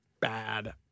bad